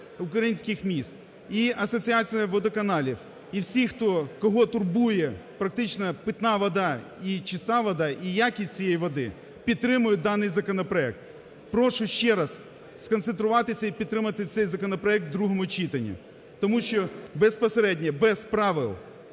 українських міст, і Асоціація водоканалів, і всі, кого турбує практично питна вода і чиста вода, і якість цієї води, підтримують даний законопроект. Прошу ще раз сконцентруватись і підтримати цей законопроект в другому читанні. Тому що безпосередньо без правил,